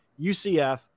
UCF